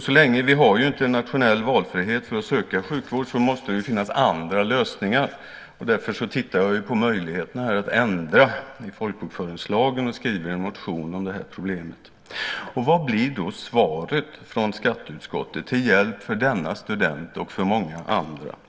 Så länge vi inte har nationell valfrihet att söka sjukvård måste det finnas andra lösningar. Därför tittar vi på möjligheten att ändra i folkbokföringslagen och skriver en motion om det här problemet. Vad blir då svaret från skatteutskottet, till hjälp för denna student och för många andra?